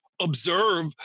observe